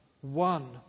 one